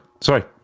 Sorry